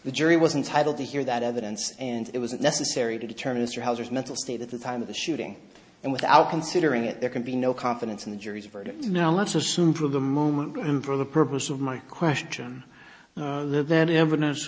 the jury was entitle to hear that evidence and it was necessary to determine this or hauser's mental state at the time of the shooting and without considering it there can be no confidence in the jury's verdict now let's assume for the moment for the purpose of my question that evidence